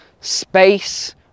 space